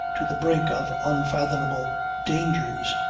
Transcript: to the brink of unfathomable dangers,